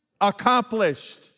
accomplished